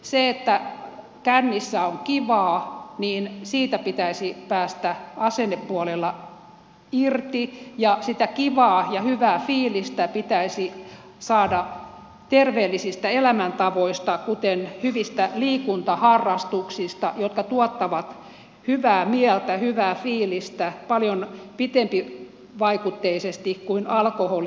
siitä että kännissä on kivaa pitäisi päästä asennepuolella irti ja sitä kivaa ja hyvää fiilistä pitäisi saada terveellisistä elämäntavoista kuten hyvistä liikuntaharrastuksista jotka tuottavat hyvää mieltä hyvää fiilistä paljon pitempivaikutteisesti kuin alkoholi